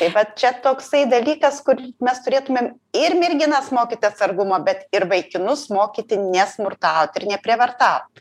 tai va čia toksai dalykas kur mes turėtumėm ir merginas mokyt atsargumo bet ir vaikinus mokyti nesmurtaut ir neprievartaut